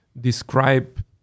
describe